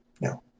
No